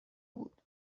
بود